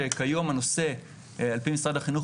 שכיום הנושא על-פי משרד החינוך,